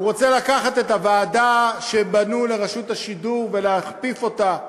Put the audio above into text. הוא רוצה לקחת את הוועדה שבנו לרשות השידור ולהכפיף אותה,